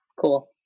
Cool